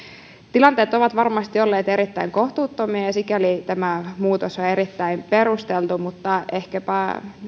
tilanteet ovat varmasti olleet erittäin kohtuuttomia ja ja sikäli tämä muutos on erittäin perusteltu mutta ehkäpä